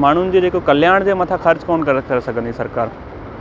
माण्हुनि जो जेको कल्याण जे मथां ख़र्च कोन करे सघंदी सरकारि